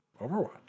Overwatch